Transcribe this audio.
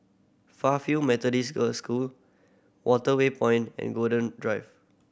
Fairfield Methodist Girl School Waterway Point and Golden Drive